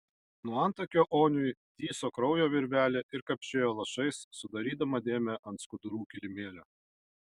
nuo antakio oniui tįso kraujo virvelė ir kapsėjo lašais sudarydama dėmę ant skudurų kilimėlio